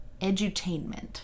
Edutainment